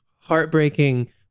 heartbreaking